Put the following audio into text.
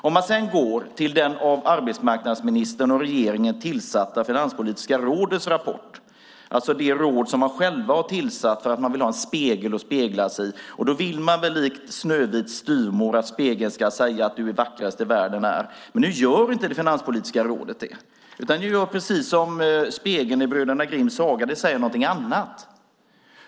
Vi kan sedan titta på den av arbetsmarknadsministern och regeringen tillatta Finanspolitiska rådets rapport. Det är det råd som man själv har tillsatt för att man vill ha en spegel att spegla sig i. Man vill väl likt Snövits styvmor att spegeln ska säga att du vackrast i världen är. Nu gör inte Finanspolitiska rådet det. Det gör precis som spegeln i bröderna Grimms saga. Det säger något annat.